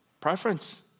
preference